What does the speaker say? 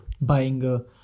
buying